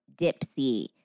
Dipsy